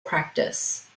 practice